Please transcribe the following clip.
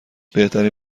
بهترین